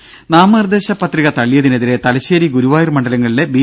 ദ്ദേ നാമനിർദ്ദേശ പത്രിക തള്ളിയതിനെതിരെ തലശേരി ഗുരുവായൂർ മണ്ഡലങ്ങളിലെ ബി